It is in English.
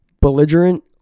belligerent